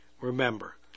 remember